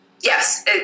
Yes